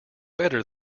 better